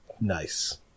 Nice